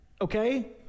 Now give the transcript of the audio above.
Okay